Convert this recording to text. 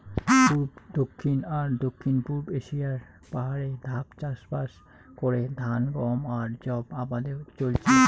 পুব, দক্ষিণ আর দক্ষিণ পুব এশিয়ার পাহাড়ে ধাপ চাষবাস করে ধান, গম আর যব আবাদে চইলচে